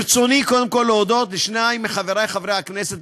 ברצוני קודם כול להודות לשניים מחברי חברי הכנסת,